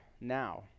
now